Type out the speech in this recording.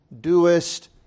doest